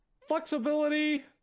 flexibility